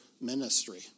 ministry